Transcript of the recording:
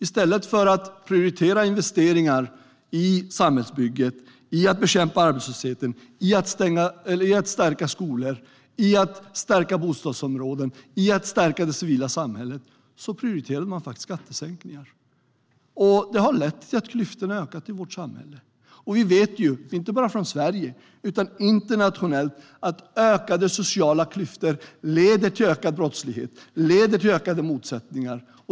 I stället för att prioritera investeringar i samhällsbygget, i att bekämpa arbetslösheten, i att stärka skolor, i att stärka bostadsområden och i att stärka det civila samhället prioriterade man faktiskt skattesänkningar. Det har lett till att klyftorna har ökat i vårt samhälle. Vi vet, inte bara från Sverige utan internationellt, att ökade sociala klyftor leder till ökad brottslighet och till ökade motsättningar.